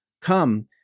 Come